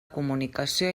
comunicació